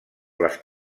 les